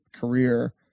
career